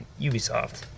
Ubisoft